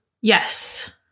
Yes